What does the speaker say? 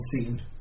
seen